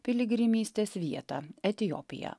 piligrimystės vietą etiopiją